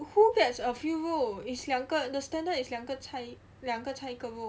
who get's a few 肉 is 两个 the standard is 两个菜一个肉